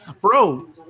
Bro